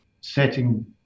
setting